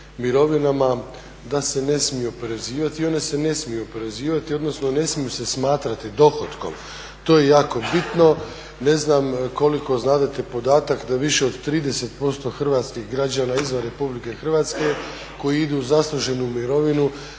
mirovinama da se ne smiju oporezivati i one se ne smiju oporezivati, odnosno ne smiju se smatrati dohotkom. To je jako bitno. Ne znam koliko znadete podatak da više od 30% hrvatskih građana izvan Republike Hrvatske koji idu u zasluženu mirovinu